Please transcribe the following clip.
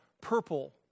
purple